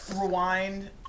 rewind